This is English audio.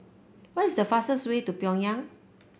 what is the fastest way to Pyongyang